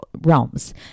realms